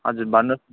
हजुर भन्नुहोस्